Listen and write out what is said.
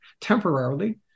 temporarily